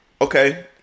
Okay